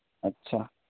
اچھا